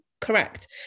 correct